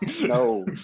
no